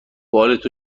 بالت